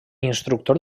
instructor